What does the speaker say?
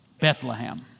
Bethlehem